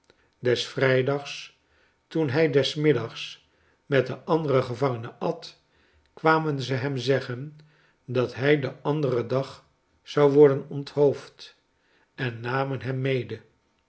des vrijdags toen hij des middags met de andere gevangenen at kwamen ze hem zeggen dat hij den anderen dag zou worden onthoofd en namen hem mede